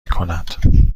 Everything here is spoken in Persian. میکند